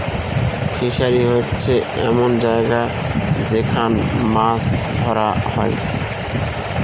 fishery হচ্ছে এমন জায়গা যেখান মাছ ধরা হয়